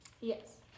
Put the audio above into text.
Yes